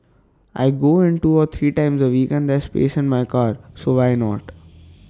I go in two or three times A week and there's space in my car so why not